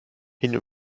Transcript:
hin